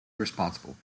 responsible